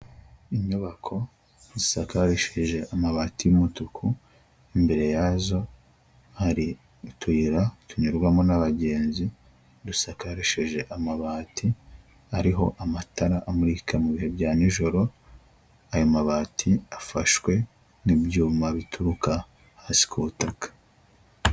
Inyubako isakarishije amabati y'umutuku, imbere yazo hari utuyira tunyurwamo n'abagenzi, dusakarishije amabati ariho amatara amurika mu bihe bya nijoro, ayo mabati afashwe n'ibyuma bituruka hasi ku butaka.